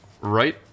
right